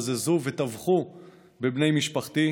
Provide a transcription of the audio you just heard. בזזו וטבחו בבני משפחתי.